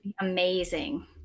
Amazing